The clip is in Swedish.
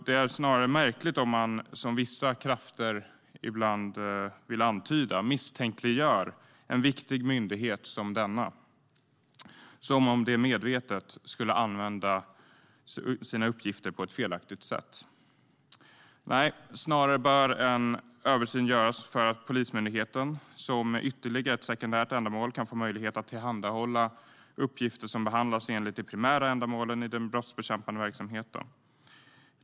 Det är snarare märkligt om man, som vissa krafter ibland vill antyda, misstänkliggör en viktig myndighet som denna, som om den medvetet skulle använda sina uppgifter på ett felaktigt sätt. Nej, snarare bör en översyn göras för att Polismyndigheten med ytterligare ett sekundärt ändamål kan få möjlighet att tillhandahålla uppgifter som behandlas enligt de primära ändamålen i den brottsbekämpande verksamheten.